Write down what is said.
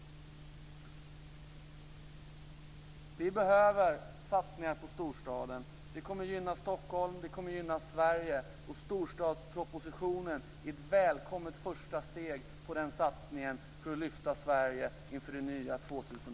Vi behöver satsningar på storstaden. Det kommer att gynna Stockholm och det kommer att gynna Sverige. Storstadspropositionen är ett välkommet första steg i denna satsning på att lyfta Sverige inför 2000